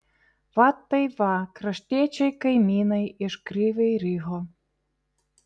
va taip va kraštiečiai kaimynai iš kryvyj riho